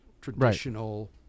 traditional